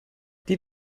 die